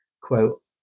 Quote